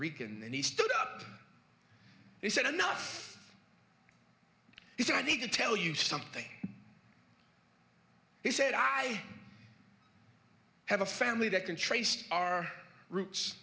rican and he stood up he said enough he said i need to tell you something he said i have a family that can trace our roots